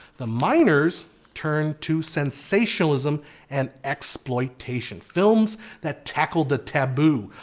the minors turned to sensationalism and exploitation films that tackled the taboo,